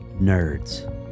Nerds